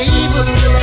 evil